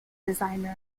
designer